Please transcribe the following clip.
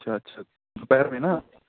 اچھا اچھا دوپہر میں نا